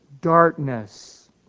darkness